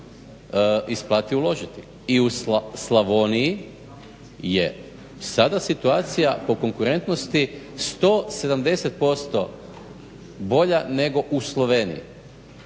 isplati uložiti. I u Slavoniji je sada situacija po konkurentnosti 170% bolja nego u Sloveniji